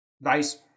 nice